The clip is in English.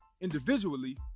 individually